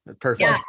Perfect